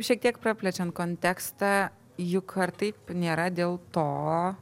šiek tiek praplečiant kontekstą juk ar tai nėra dėl to